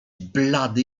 blady